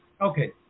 okay